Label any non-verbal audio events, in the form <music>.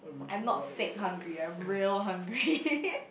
I'm not fake hungry I'm real hungry <laughs>